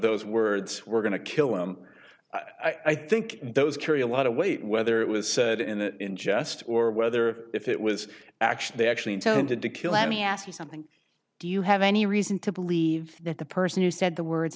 those words were going to kill him i think those carry a lot of weight whether it was said in that in jest or whether if it was actually they actually intended to kill let me ask you something do you have any reason to believe that the person who said the words